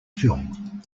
film